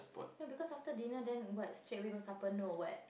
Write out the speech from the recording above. no because after dinner then what straight away go supper no [what]